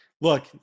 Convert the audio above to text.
Look